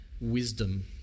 wisdom